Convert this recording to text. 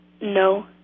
No